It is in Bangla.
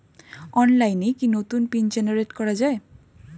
অনলাইনে কি নতুন পিন জেনারেট করা যায়?